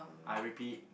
I repeat